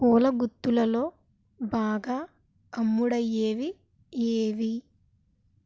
పూల గుత్తులులో బాగా అమ్ముడయ్యేవి ఏవి